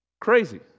Crazy